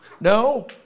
No